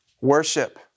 Worship